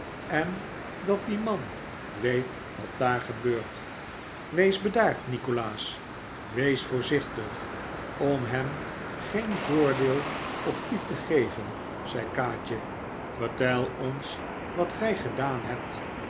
en dat die man weet wat daar gebeurt wees bedaard nikolaas wees voorzichtig om hem geen voordeel op u te geven zei kaatje vertel ons wat gij gedaan hebt